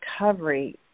recovery